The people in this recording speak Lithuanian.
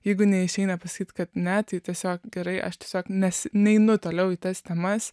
jeigu neišeina pasakyti kad ne tai tiesiog gerai aš tiesiog nes neinu toliau į tas temas